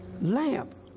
lamp